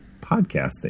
podcasting